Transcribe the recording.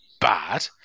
bad